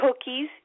cookies